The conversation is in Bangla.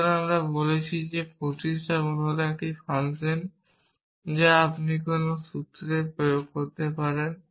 সুতরাং আমরা বলছি প্রতিস্থাপন হল একটি ফাংশন যা আপনি যখন কোনো সূত্রে প্রয়োগ করেন